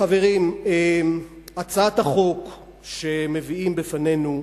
חברים, הצעת החוק שמביאים בפנינו,